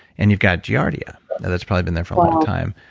and you've got giardia. and that's probably been there for a long time.